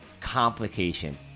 complication